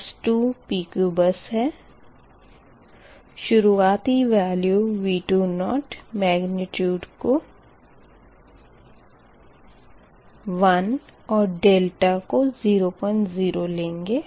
बस 2 PQ bus है शुरुआती वेल्यू V20 मेग्निट्यूड को 1 और delta को 00 लेंगे